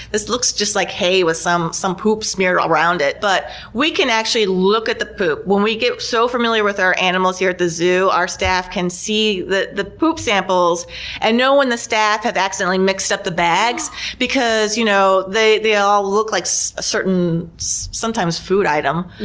look like hay with some some poop smeared around it. but we can actually look at the poop, when we get so familiar with our animals here at the zoo, our staff can see the the poop samples and know when the staff have accidentally mixed up the bags because, you know, they they all look like so a certain sometimes food item,